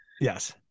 Yes